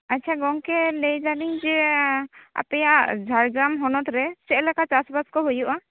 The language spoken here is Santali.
ᱟᱪᱪᱷᱟ ᱜᱚᱢᱠᱮ ᱞᱟᱹᱭ ᱮᱫᱟᱞᱤᱧ ᱡᱮ ᱟᱯᱮᱭᱟᱜ ᱡᱷᱟᱲᱜᱨᱟᱢ ᱦᱚᱱᱚᱛ ᱨᱮ ᱪᱮᱫ ᱞᱮᱠᱟ ᱪᱟᱥ ᱵᱟᱥ ᱠᱚ ᱦᱩᱭᱩᱜᱼᱟ